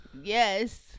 Yes